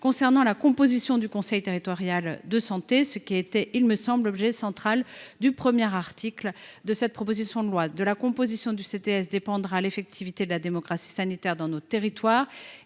concernant la composition du conseil territorial de santé, ce qui était, me semble t il, l’objet central de l’article 1 de cette proposition de loi. De la composition du CTS dépendra l’effectivité de la démocratie sanitaire dans nos territoires.